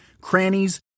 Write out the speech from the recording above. crannies